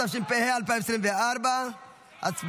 התשפ"ה 2024. הצבעה.